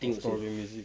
cause of its music